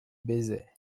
baisait